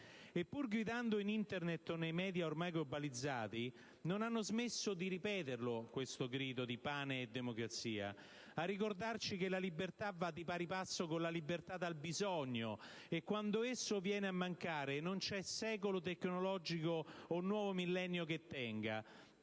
E, pur gridando in Internet o nei media ormai globalizzati, non hanno smesso di ripetere questo grido di pane e democrazia, a ricordarci che la libertà va di pari passo con la libertà dal bisogno. Quando questa viene a mancare, non c'è secolo tecnologico o nuovo millennio che tenga.